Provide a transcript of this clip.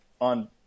on